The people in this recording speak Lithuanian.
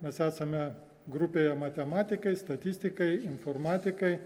mes esame grupėje matematikai statistikai informatikai